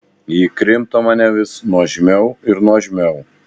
ji krimto mane vis nuožmiau ir nuožmiau